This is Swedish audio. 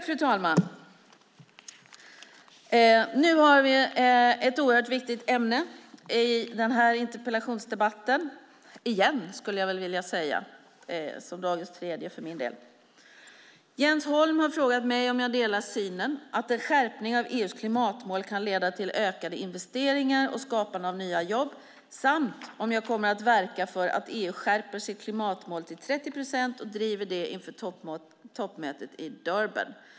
Fru talman! Nu har vi återigen ett oerhört viktigt ämne i den här interpellationsdebatten - det är dagens tredje interpellation för min del. Jens Holm har frågat mig om jag delar synen att en skärpning av EU:s klimatmål kan leda till ökade investeringar och skapande av nya jobb samt om jag kommer att verka för att EU skärper sitt klimatmål till 30 procent och driva det inför toppmötet i Durban.